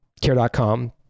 care.com